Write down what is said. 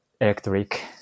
Electric